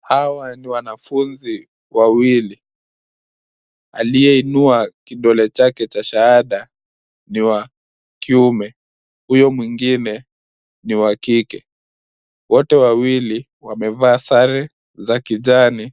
Hawa ni wanafunzi wawili . Aliyeinua kidole chake cha shahada ni wa kiume. Huyo mwingine ni wa kike. Wote wawili wamevaa sare za kijani.